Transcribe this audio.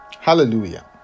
Hallelujah